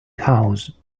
house